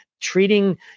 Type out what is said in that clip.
Treating